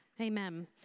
amen